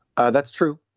ah that's true.